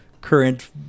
current